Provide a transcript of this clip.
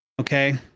Okay